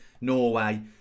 Norway